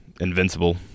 Invincible